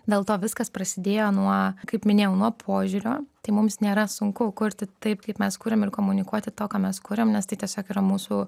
dėl to viskas prasidėjo nuo kaip minėjau nuo požiūrio tai mums nėra sunku kurti taip kaip mes kuriam ir komunikuoti to ką mes kuriam nes tai tiesiog yra mūsų